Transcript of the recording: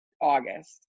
August